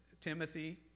Timothy